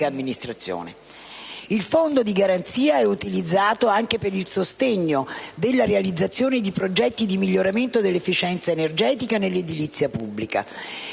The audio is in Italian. Il fondo di garanzia è utilizzato anche per il sostegno della realizzazione di progetti di miglioramento della efficienza energetica nell'edilizia pubblica.